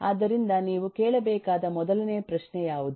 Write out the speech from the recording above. ಆದ್ದರಿಂದ ನೀವು ಕೇಳಬೇಕಾದ ಮೊದಲನೆಯ ಪ್ರಶ್ನೆ ಯಾವುದು